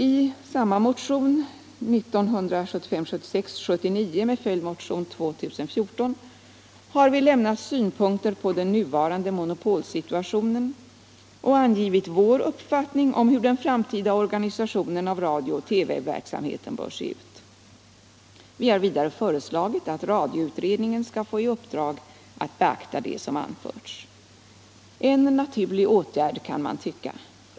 I motionen 1975/76:1979 med följdmotionen 2014 har vi lämnat synpunkter på den nuvarande monopolsituationen och angivit vår uppfattning om hur den framtida organisationen av radio och TV-verksamheten bör se ut. Vi har vidare föreslagit att radioutredningen skall få i uppdrag att beakta det som anförts; en naturlig åtgärd, kan man tycka.